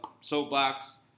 soapbox